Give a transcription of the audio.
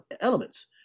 elements